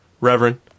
Reverend